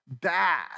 bad